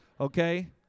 okay